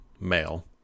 male